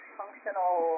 functional